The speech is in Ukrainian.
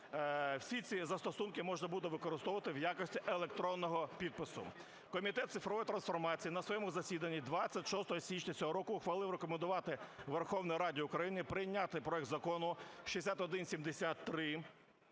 Всі ці застосунки можна буде використовувати в якості електронного підпису. Комітет цифрової трансформації на своєму засіданні 26 січня цього року ухвалив рекомендувати Верховній Раді України прийняти проект Закону 6173